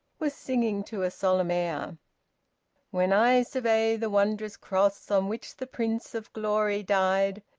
was singing to a solemn air when i survey the wondrous cross on which the prince of glory died,